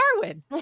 Darwin